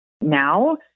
now